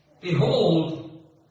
Behold